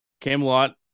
Camelot